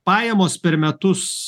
pajamos per metus